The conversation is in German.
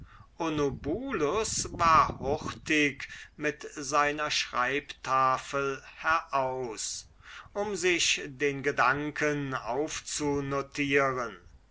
onobulus war hurtig mit seiner schreibtafel heraus um sich den gedanken